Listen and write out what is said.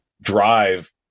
drive